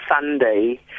Sunday